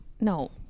No